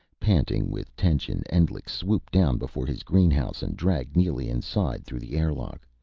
panting with tension, endlich swooped down before his greenhouse, and dragged neely inside through the airlock.